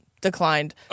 declined